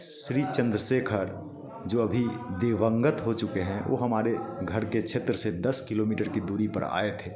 श्री चन्द्रशेखर जो अभी दिवंगत हो चुके हैं वो हमारे घर के क्षेत्र से दस किलोमीटर की दूरी पर आए थे